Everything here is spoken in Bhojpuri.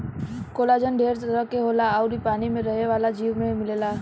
कोलाजन ढेर तरह के होला अउर इ पानी में रहे वाला जीव में मिलेला